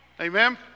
Amen